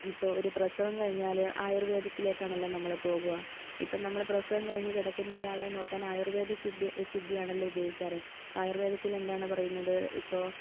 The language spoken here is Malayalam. ഇപ്പോൾ ഒരു പ്രസവം കഴിഞ്ഞാൽ ആയുർവേദത്തിലേക്കാണല്ലോ നമ്മൾ പോകുക ഇപ്പോൾ നമ്മൾ പ്രസവം കഴിഞ്ഞു കിടക്കുന്ന ഒരാളെ നോക്കാൻ ആയുർവേദസിദ്ധി സിദ്ധിയാണല്ലോ ഉപയോഗിക്കാറ് ഇപ്പോൾ ആയുർവേദത്തിൽ എന്താണ് പറയുന്നത് ഇപ്പോൾ